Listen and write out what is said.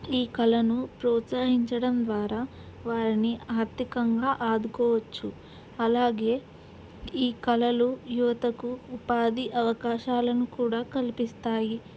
ఈ కళను ప్రోత్సహించడం ద్వారా వారిని ఆర్థికంగా ఆదుకోవచ్చు అలాగే ఈ కళలు యువతకు ఉపాధి అవకాశాలను కూడా కల్పిస్తాయి